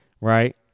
right